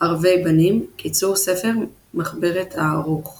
ערבי בנים – קיצור ספר מחברת הערוך